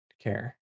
care